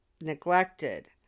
neglected